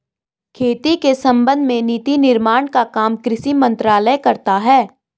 खेती के संबंध में नीति निर्माण का काम कृषि मंत्रालय करता है